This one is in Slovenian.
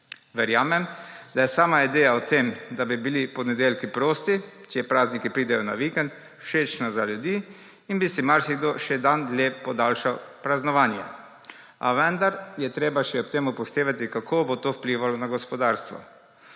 Verjamem, da je sama ideja o tem, da bi bili ponedeljki prosti, če prazniki pridejo na vikend, všečna za ljudi in bi si marsikdo še dan dlje podaljšal praznovanje. A vendar je treba ob tem še upoštevati, kako bo to vplivalo na gospodarstvo.